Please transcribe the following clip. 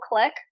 click